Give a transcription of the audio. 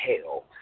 hell